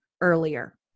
earlier